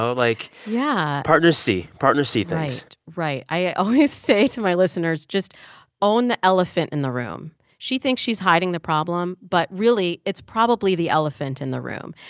so like, yeah partners see. partners see things right, right. i always say to my listeners just own the elephant in the room. she thinks she's hiding the problem. but really, it's probably the elephant in the room.